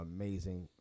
Amazing